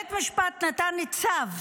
בית משפט נתן צו למדינה,